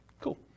cool